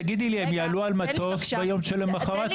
תגידי לי, הם יעלו על מטוס ביום שלמוחרת?